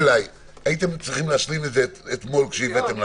הייתם צריכים להשלים את זה אתמול, כשהבאתם לנו.